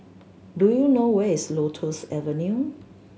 do you know where is Lotus Avenue